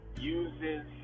Uses